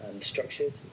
structured